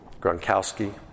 Gronkowski